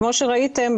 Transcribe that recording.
וכמו שראיתם,